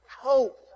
hope